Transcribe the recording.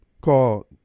called